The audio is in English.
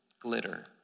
glitter